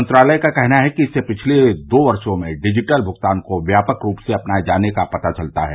मंत्रालय का कहना है कि इससे पिछले दो वर्षों में डिजिटल भुगतान को व्यापक रूप से अपनाये जाने का पता चलता है